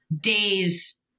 days